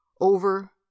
Over